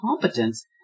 competence